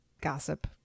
gossip